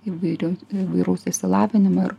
įvairių įvairaus išsilavinimo ir